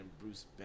Bruce